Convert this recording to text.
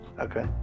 okay